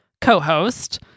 co-host